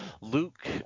Luke